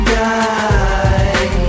die